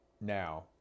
now